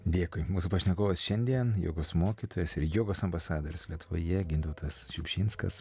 dėkui mūsų pašnekovas šiandien jogos mokytojas ir jogos ambasadorius lietuvoje gintautas šiupšinskas